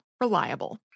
reliable